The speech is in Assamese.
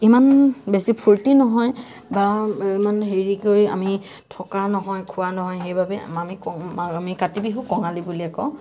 ইমান বেছি ফূৰ্তি নহয় বা ইমান হেৰিকৈ আমি থকা নহয় খোৱা নহয় সেইবাবে আমি আমি কাতি বিহুক কঙালী বুলিয়ে কওঁ